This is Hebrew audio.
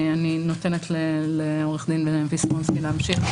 אני נותנת לעו"ד ויסמונסקי להמשיך.